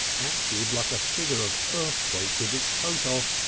active, like a figure of earthquake with its coat off,